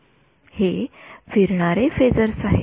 विद्यार्थी हे फिरणारे फेजर्स आहेत